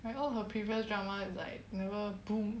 I hope her previous drama like never boom